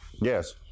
Yes